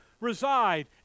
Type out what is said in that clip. reside